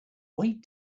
wait